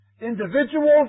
Individuals